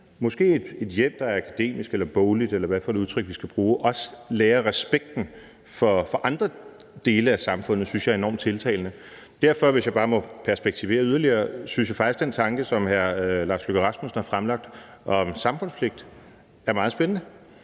fra et hjem, der er akademisk eller bogligt, eller hvad vi skal kalde det, også lærer respekten for andre dele af samfundet, synes jeg er enormt tiltalende. Derfor – hvis jeg bare må perspektivere det yderligere – synes jeg faktisk, at den tanke, som hr. Lars Løkke Rasmussen har fremlagt, om samfundspligt er meget spændende.